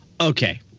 okay